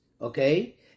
okay